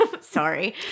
Sorry